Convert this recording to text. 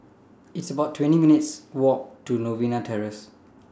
It's about twenty minutes' Walk to Novena Terrace